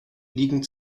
liegen